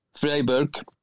Freiburg